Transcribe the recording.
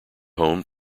home